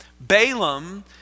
Balaam